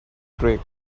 drink